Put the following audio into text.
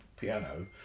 piano